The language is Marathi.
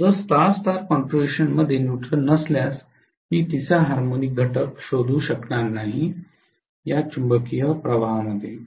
जर स्टार स्टार कॉन्फिगरेशनमध्ये न्यूट्रल नसल्यास मी तिसरा हार्मोनिक घटक शोधू शकणार नाही चुंबकीय प्रवाह मध्ये